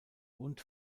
und